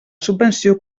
subvenció